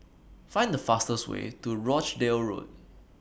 Find The fastest Way to Rochdale Road